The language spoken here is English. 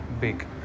big